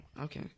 okay